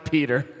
Peter